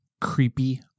Creepy